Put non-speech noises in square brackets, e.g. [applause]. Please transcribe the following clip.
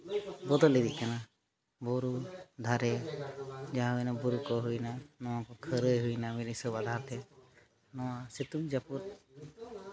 ᱵᱚᱫᱚᱞ ᱤᱫᱤᱜ ᱠᱟᱱᱟ ᱵᱩᱨᱩ ᱫᱷᱟᱨᱮ ᱡᱟᱦᱟᱸ ᱦᱩᱭᱱᱟ ᱵᱩᱨᱩ ᱠᱚ ᱦᱩᱭᱱᱟ ᱱᱚᱣᱟ ᱠᱚ ᱠᱷᱟᱹᱨᱟᱹᱭ ᱦᱩᱭᱱᱟ [unintelligible] ᱱᱚᱣᱟ ᱥᱤᱛᱩᱝ ᱡᱟᱹᱯᱩᱫ